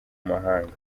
mahanga